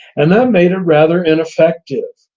and that made it rather ineffective,